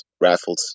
raffles